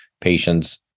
patient's